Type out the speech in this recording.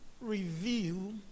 reveal